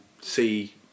see